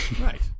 right